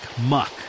muck